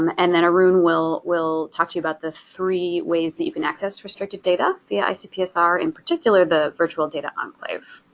um and then arun will will talk to you about the three ways that you can access restricted data via icpsr, in particular the virtual data enclave.